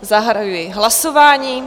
Zahajuji hlasování.